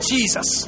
Jesus